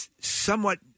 somewhat